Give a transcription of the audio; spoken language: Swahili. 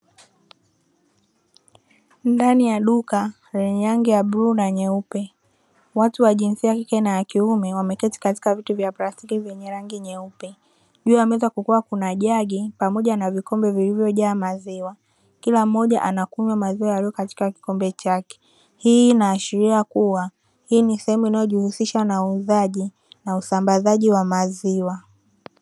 Ndani ya duka lenye rangi ya bluu na nyeupe, watu wa jinsia ya kike na kiume wameketi katika viti vya plastiki vyenye rangi nyeupe. Juu ya meza kukiwa kuna jagi pamoja na vikombe vilivyojaa maziwa, kila mmoja anakunywa maziwa yaliyo katika kikombe chake. Hii inaashiria kuwa hii ni sehemu inayojihusisha na uuzaji na usambazaji wa maziwa.